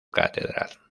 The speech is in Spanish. catedral